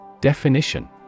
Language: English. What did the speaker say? Definition